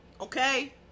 okay